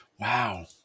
Wow